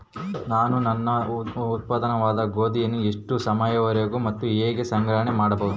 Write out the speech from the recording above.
ನಾನು ನನ್ನ ಉತ್ಪನ್ನವಾದ ಗೋಧಿಯನ್ನು ಎಷ್ಟು ಸಮಯದವರೆಗೆ ಮತ್ತು ಹೇಗೆ ಸಂಗ್ರಹಣೆ ಮಾಡಬಹುದು?